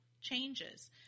changes